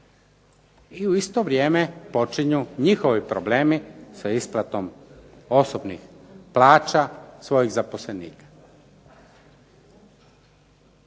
I u isto vrijeme počinju njihovi problemi sa isplatom osobnih plaća svojih zaposlenika.